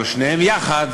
אבל לשניהם ביחד